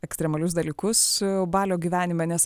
ekstremalius dalykus balio gyvenime nes